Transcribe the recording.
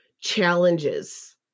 challenges